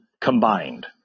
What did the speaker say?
combined